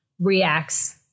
reacts